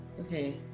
Okay